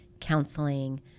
counseling